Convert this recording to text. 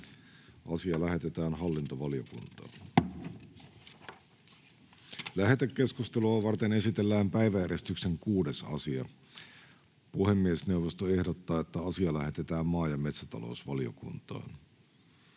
epäilyä on. — Kiitoksia. Lähetekeskustelua varten esitellään päiväjärjestyksen 6. asia. Puhemiesneuvosto ehdottaa, että asia lähetetään maa- ja metsätalousvaliokuntaan.